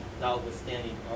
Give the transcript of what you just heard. notwithstanding